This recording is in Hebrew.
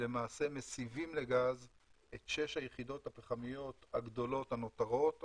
אנחנו מסיבים לגז את שש היחידות הפחמיות הגדולות הנותרות,